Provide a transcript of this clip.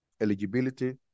eligibility